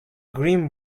grim